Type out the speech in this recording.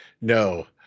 No